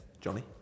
Johnny